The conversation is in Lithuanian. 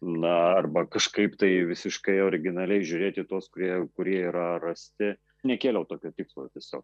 na arba kažkaip tai visiškai originaliai žiūrėti į tuos kurie kurie yra rasti nekėliau tokio tikslo tiesiog